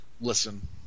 listen